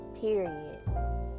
period